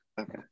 Okay